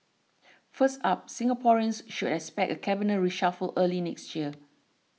first up Singaporeans should expect a cabinet reshuffle early next year